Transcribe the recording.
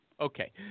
Okay